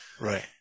Right